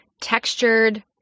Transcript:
textured